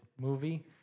movie